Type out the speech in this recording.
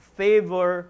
favor